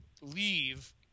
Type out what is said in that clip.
leave